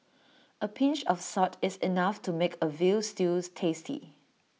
A pinch of salt is enough to make A Veal Stew tasty